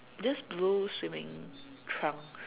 just blue swimming trunks